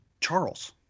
Charles